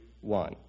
one